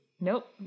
Nope